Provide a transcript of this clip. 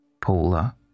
Paula